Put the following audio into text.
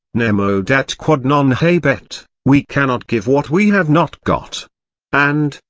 nemo dat quod non habet, we cannot give what we have not got and,